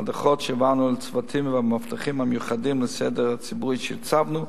ההדרכות שהעברנו לצוותים והמאבטחים המיוחדים לסדר ציבורי שהצבנו,